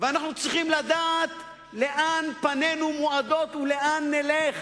ואנחנו צריכים לדעת לאן פנינו מועדות ולאן נלך,